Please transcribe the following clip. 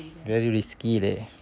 very risky leh